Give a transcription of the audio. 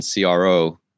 CRO